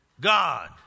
God